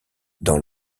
dans